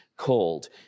called